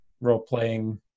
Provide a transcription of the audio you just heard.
role-playing